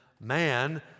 man